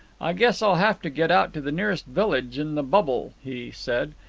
i guess i'll have to get out to the nearest village in the bubble, he said.